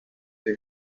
file